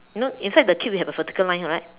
you know inside the cube you have a vertical line right